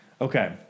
Okay